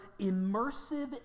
immersive